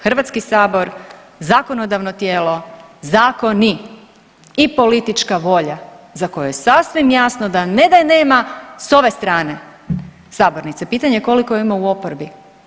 Hrvatski sabor, zakonodavno tijelo, zakoni i politička volja za koju je sasvim jasno ne da je nema sa ove strane sabornice, pitanje je koliko je ima u oporbi.